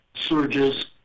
surges